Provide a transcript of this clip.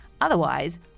Otherwise